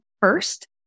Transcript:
first